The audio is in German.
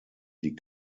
die